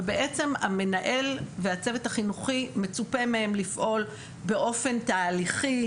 ובעצם המנהל והצוות החינוכי מצופה מהם לפעול באופן תהליכי,